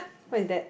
what is that